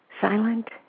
Silent